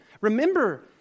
Remember